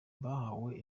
bahaye